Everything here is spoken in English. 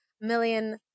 million